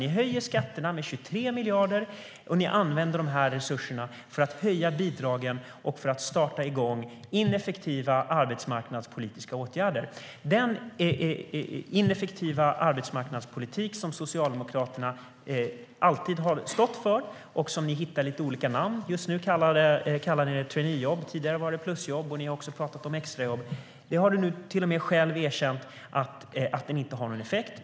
Ni höjer skatterna med 23 miljarder, och ni använder de resurserna till att höja bidragen och till att vidta ineffektiva arbetsmarknadspolitiska åtgärder. Den ineffektiva arbetsmarknadspolitik som Socialdemokraterna alltid har stått för och som de hittar olika namn på - just nu kallas det traineejobb, tidigare var det plusjobb, och de har också talat om extrajobb - har inte någon effekt; det har arbetsmarknadsministern till och med själv nu erkänt.